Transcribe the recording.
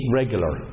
regular